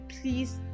please